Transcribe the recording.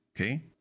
Okay